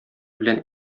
белән